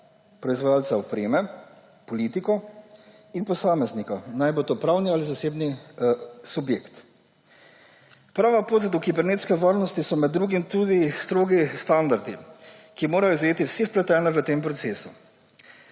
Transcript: proizvajalca opreme, politiko in posameznika, naj bo to pravni ali zasebni subjekt. Prava pot do kibernetske varnosti so med drugim tudi strogi standardi, ki morajo zajeti vse vpletene v tem procesu.